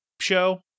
show